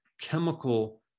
chemical